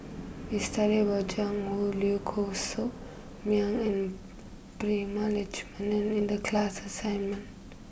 we studied about Jiang Hu Liu Koh Sock Miang and Prema Letchumanan in the class assignment